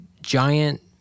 giant